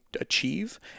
achieve